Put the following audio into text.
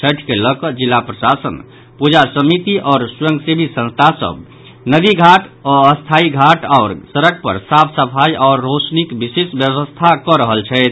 छठि के लऽ कऽ जिला प्रशासन प्रजा समिति आओर स्वयंसेवी संस्था सभ नदी घाट अस्थायी घाट आओर सड़क पर साफ सफाई आओर रौशनीक विशेष व्यवस्था कऽ रहल छथि